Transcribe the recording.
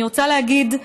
אני רוצה להגיד,